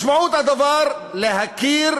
משמעות הדבר להכיר